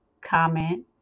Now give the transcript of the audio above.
comment